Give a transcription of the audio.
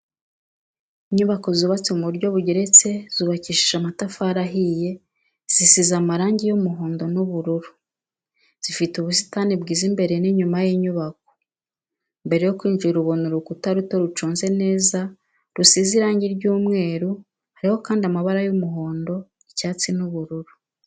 Inyubako zubatse mu buryo bugeretse zubakishije amatafari ahiye, zisize amarangi y'umuhondo n'ubururu, zifite ubusitani bwiza imbere n'inyuma y'inyubako, mbere yo kwinjira ubona urukuta ruto ruconze neza rusize irangi ry'umweru, hariho kandi amabara y'umuhondo icyatsi n'ubururu.